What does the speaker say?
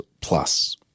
plus